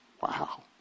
Wow